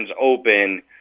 open